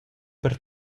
per